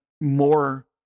more